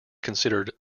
considered